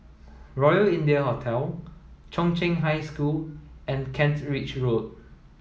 Royal India Hotel Chung Cheng High School and Kent Ridge Road